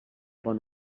bon